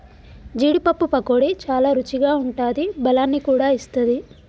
జీడీ పప్పు పకోడీ చాల రుచిగా ఉంటాది బలాన్ని కూడా ఇస్తది